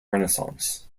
renaissance